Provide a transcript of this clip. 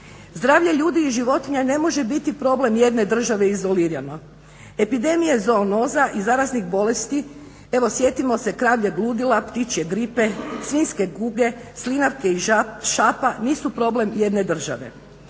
Zdravlje ljudi i životinja ne može biti problem jedne države i izolirano. Epidemija zoonoza i zaraznih bolesti, evo sjetimo se kravljeg ludila, ptičje gripe, svinjske kuge, slinavke i šapa nisu problem jedne države.